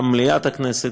וגם מליאת הכנסת,